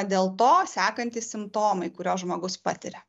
dėl to sekantys simptomai kuriuos žmogus patiria